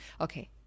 Okay